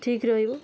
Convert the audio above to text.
ଠିକ୍ ରହିବ